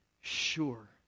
sure